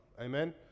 Amen